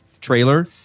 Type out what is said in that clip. trailer